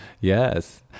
Yes